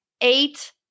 eight